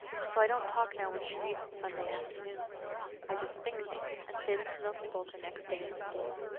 so i don't talk now when she reads it sunday afternoons i just think things and say them to milty boulter next day in school.